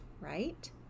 right